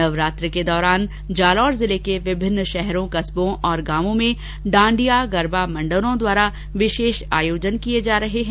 नवरात्रि के दौरान जालौर जिले के विभिन्न शहरों कस्बों और गांवों में डांडिया गरबा मण्डलो द्वारा विशेष आयोजन किये जा रहे हैं